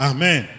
Amen